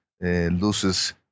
loses